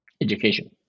education